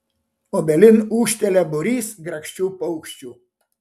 obelin ūžtelia būrys grakščių paukščių